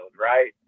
right